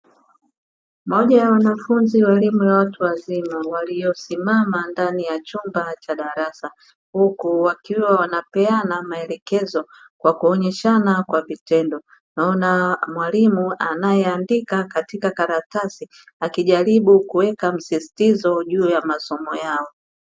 Moja ya wanafunzi wa elimu ya watu wazima waliosimama ndani ya chumba cha darasa huku wakiwa wanapeana maelekezo kwa kuonyeshana kwa vitendo ,naona mwalimu anayeandika katika karatasi akijaribu kuweka msisitizo juu ya masomo yao .